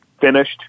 finished